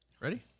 Ready